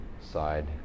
side